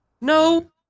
No